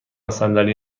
صندلی